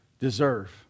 deserve